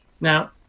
Now